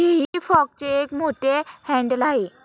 हेई फॉकचे एक मोठे हँडल आहे